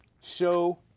show